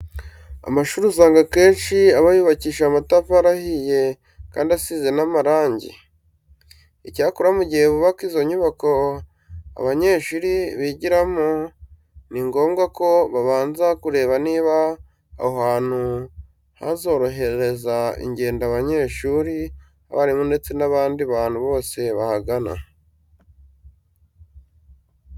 Amashuri usanga akenshi aba yubakishije amatafari ahiye kandi asize n'amarange. Icyakora mu gihe bubaka izo nyubako abanyeshuri bigiramo, ni ngombwa ko babanza kureba niba aho hantu hazorohereza ingendo abanyeshuri, abarimu ndetse n'abandi bantu bose bahagana.